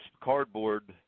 cardboard